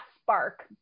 spark